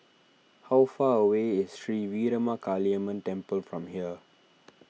how far away is Sri Veeramakaliamman Temple from here